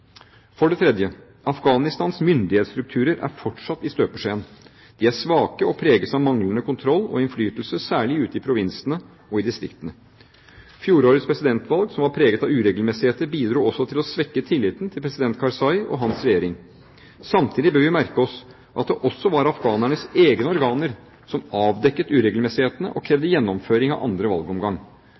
For det tredje: Afghanistans myndighetsstrukturer er fortsatt i støpeskjeen. De er svake og preges av manglende kontroll og innflytelse, særlig ute i provinsene og i distriktene. Fjorårets presidentvalg, som var preget av uregelmessigheter, bidro også til å svekke tilliten til president Karzai og hans regjering. Samtidig bør vi merke oss at det var afghanernes egne organer som avdekket uregelmessighetene og krevde gjennomføring av andre valgomgang.